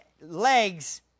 legs